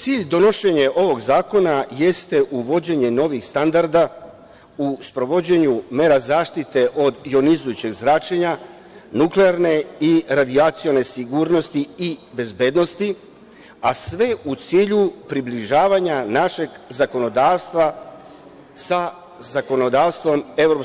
Cilj donošenja ovog zakona jeste uvođenje novih standarda u sprovođenju mera zaštite od jonizujućeg zračenja, nuklearne i radijacione sigurnosti i bezbednosti, a sve u cilju približavanja našeg zakonodavstva sa zakonodavstvom EU,